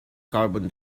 carbon